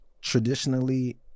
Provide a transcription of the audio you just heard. traditionally